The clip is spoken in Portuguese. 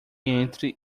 entre